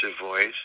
voice